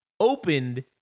opened